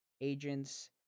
agents